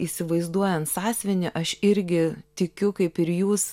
įsivaizduojant sąsiuvinį aš irgi tikiu kaip ir jūs